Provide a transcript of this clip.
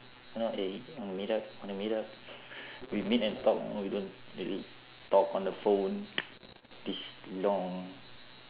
you know eh wanna meet up wanna meet up we meet and talk we don't talk on the phone this long